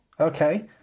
Okay